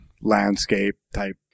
landscape-type